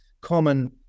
common